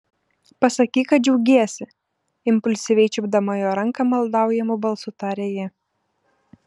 pasakyk kad džiaugiesi impulsyviai čiupdama jo ranką maldaujamu balsu tarė ji